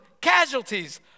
casualties